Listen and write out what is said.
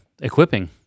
equipping